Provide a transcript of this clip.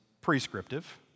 prescriptive